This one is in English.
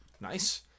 Nice